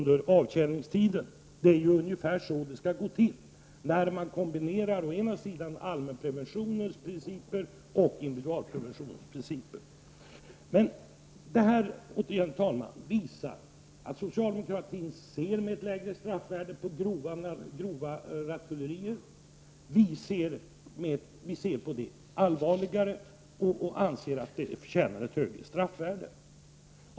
Det är ungefär så det skall gå till när man kombinerar allmänpreventionens principer och individualpreventionens principer. Herr talman! Detta visar återigen att socialdemokratin anser att grovt rattfylleri har ett lägre straffvärde, medan moderata samlingspartiet ser allvarligare på brottet och anser att det förtjänar ett högre straffvärde.